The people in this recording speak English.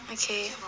okay